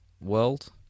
world